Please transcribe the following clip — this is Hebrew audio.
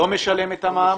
לא משלם את המע"מ.